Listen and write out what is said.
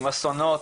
עם אסונות.